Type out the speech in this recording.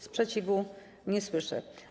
Sprzeciwu nie słyszę.